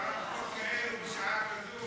הצעות חוק כאלו בשעה כזו?